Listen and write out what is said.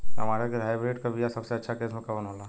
टमाटर के हाइब्रिड क बीया सबसे अच्छा किस्म कवन होला?